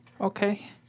Okay